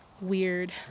Weird